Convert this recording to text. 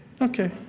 Okay